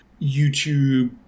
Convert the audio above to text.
YouTube